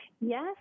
Yes